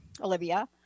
Olivia